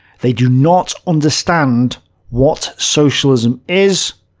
they do not understand what socialism is.